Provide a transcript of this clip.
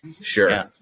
Sure